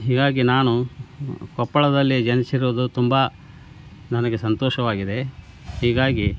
ಹೀಗಾಗಿ ನಾನು ಕೊಪ್ಪಳದಲ್ಲಿ ಜನಿಸಿರುವುದು ತುಂಬಾ ನನಗೆ ಸಂತೋಷವಾಗಿದೆ ಹೀಗಾಗಿ